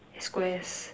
squares